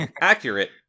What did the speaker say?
accurate